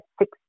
six